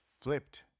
flipped